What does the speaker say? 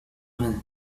vingt